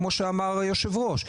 כמו שאמר יושב הראש,